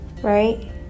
right